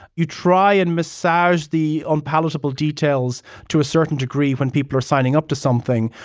you try and massage the unpalatable details to a certain degree when people are signing up to something,